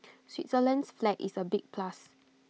Switzerland's flag is A big plus